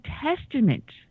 Testament